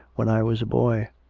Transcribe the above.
when i was a boy,